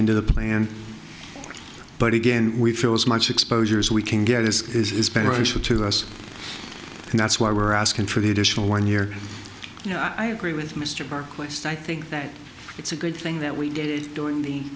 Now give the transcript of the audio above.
into the plan but again we feel as much exposure as we can get this is beneficial to us and that's why we're asking for the additional one year you know i agree with mr park west i think that it's a good thing that we did during the